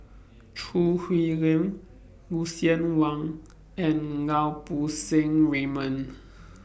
Choo Hwee Lim Lucien Wang and Lau Poo Seng Raymond